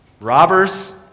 robbers